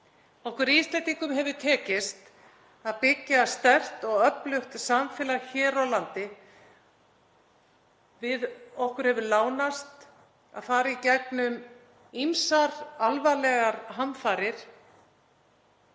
Okkur Íslendingum hefur tekist að byggja upp sterkt og öflugt samfélag hér á landi. Okkur hefur lánast að fara í gegnum ýmsar alvarlegar hamfarir